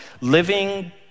living